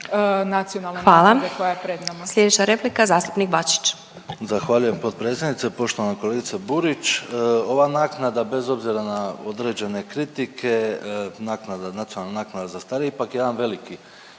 nacionalne naknade koja je pred nama.